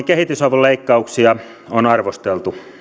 kehitysavun leikkauksia on arvosteltu